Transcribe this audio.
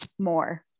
more